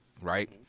right